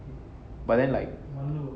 but then like